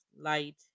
light